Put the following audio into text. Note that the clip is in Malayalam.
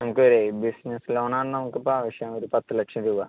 ഞങ്ങൾക്കൊരു ബിസിനസ് ലോണാണ് നമുക്കിപ്പം ആവശ്യം ഒരു പത്ത് ലക്ഷം രൂപ